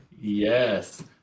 Yes